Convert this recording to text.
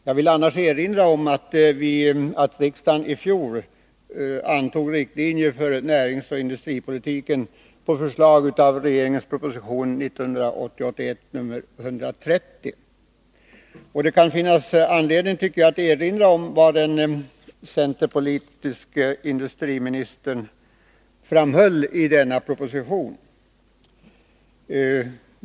Jag vill erinra om att riksdagen i fjol antog riktlinjer för näringsoch industripolitiken enligt förslag i regeringens proposition 1980/81:130. Det kan finnas anledning att påminna om vad den centerpartistiske industrimi nistern framhöll i denna proposition.